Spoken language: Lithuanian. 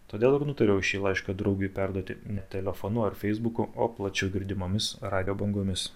todėl ir nutariau šį laišką draugui perduoti ne telefonu ar feisbuku o plačiau girdimomis radijo bangomis